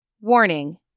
Warning